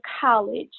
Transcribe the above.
college